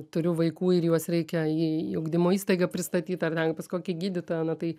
turiu vaikų ir juos reikia į ugdymo įstaigą pristatyt ar ten pas kokį gydytoją na tai